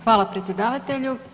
Hvala predsjedavatelju.